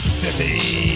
city